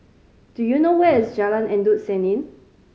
do you know where is Jalan Endut Senin